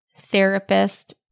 therapist